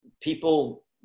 people